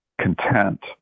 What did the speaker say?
content